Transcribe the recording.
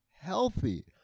healthy